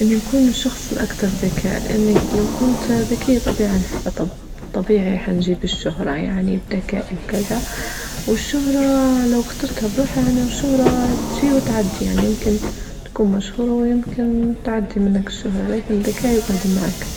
أنى نكون الشخص الأكثر ذكاء لأنك لو كنت ذكية طبعا طبيعي حنجيب الشهرة يعني بذكائى وكذا، والشهرة لو اخترتها بروح يعني الشهرة تجي وتعدي يعني يمكن تكون مشهورة ويمكن تعدي منك الشهرة لكن الذكاء يجعد معاك